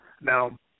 Now